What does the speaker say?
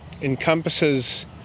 encompasses